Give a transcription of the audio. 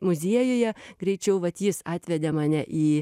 muziejuje greičiau vat jis atvedė mane į